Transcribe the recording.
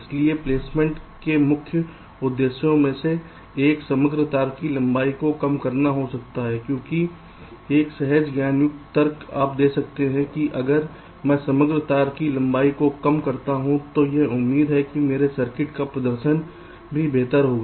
इसलिए प्लेसमेंट के मुख्य उद्देश्यों में से एक समग्र तार की लंबाई को कम करना हो सकता है क्योंकि एक सहज ज्ञान युक्त तर्क आप दे सकते हैं कि अगर मैं समग्र तार की लंबाई को कम करता हूं तो यह उम्मीद है कि मेरे सर्किट का प्रदर्शन भी बेहतर होगा